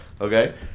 okay